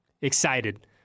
Excited